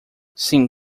sim